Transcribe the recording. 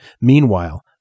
Meanwhile